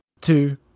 two